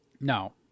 No